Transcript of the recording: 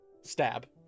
Stab